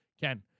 Ken